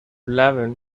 eleven